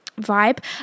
vibe